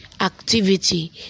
activity